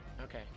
Okay